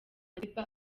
madiba